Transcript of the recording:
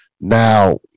Now